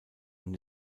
und